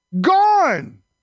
gone